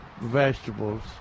vegetables